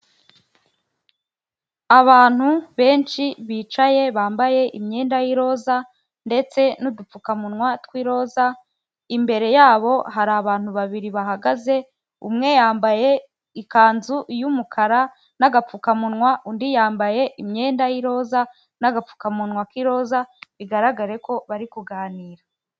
Abantu benshi bicaye bambaye imyenda y'iroza ndetse n'udupfukamunwa tw'iroza, imbere yabo hari abantu babiri bahagaze, umwe yambaye ikanzu y'umukara n'agapfukamunwa, undi yambaye imyenda y'iroza n'agapfukamunwa k'iroza, bigaragare ko bari kuganira.